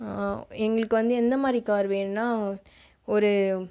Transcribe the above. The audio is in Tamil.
எங்களுக்கு வந்து எந்த மாதிரி கார் வேணும்ன்னா ஒரு